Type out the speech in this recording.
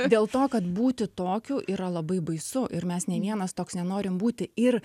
dėl to kad būti tokiu yra labai baisu ir mes nei vienas toks nenorim būti ir